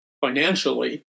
financially